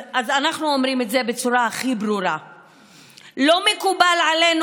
אז אנחנו אומרים בצורה הכי ברורה: לא מקובל עלינו